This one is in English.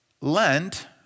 Lent